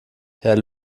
herr